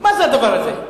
מה זה הדבר הזה?